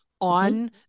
on